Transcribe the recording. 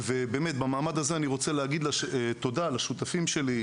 במעמד הזה אני רוצה להגיד תודה לשותפים שלי,